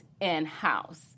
in-house